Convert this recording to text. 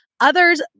Others